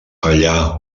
allà